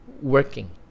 working